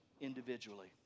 individually